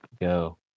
go